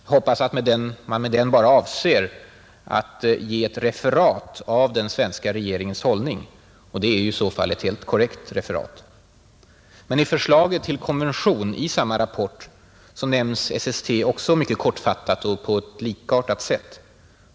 Jag hoppas att man med den bara avser att ge ett referat av den svenska regeringens hållning; i så fall ett helt korrekt referat. Men i förslaget till konvention i samma rapport nämns SST också mycket kortfattat och på ett likartat sätt.